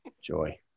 Joy